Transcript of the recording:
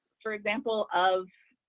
for example, of